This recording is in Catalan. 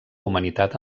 humanitat